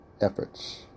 efforts